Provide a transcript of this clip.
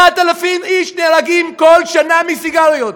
8,000 איש נהרגים כל שנה מסיגריות.